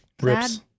Rips